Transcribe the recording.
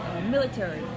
Military